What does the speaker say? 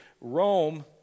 Rome